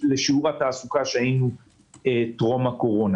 לשיעור התעסוקה שהיינו בו טרום הקורונה.